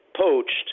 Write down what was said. poached